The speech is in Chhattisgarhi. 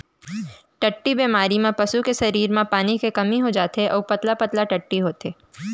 टट्टी बेमारी म पसू के सरीर म पानी के कमी हो जाथे अउ पतला पतला टट्टी होथे